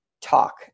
talk